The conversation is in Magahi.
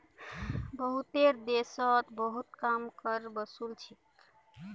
बहुतेते देशोत बहुत कम कर वसूल छेक